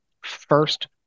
first